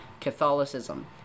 Catholicism